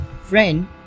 Friend